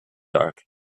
dark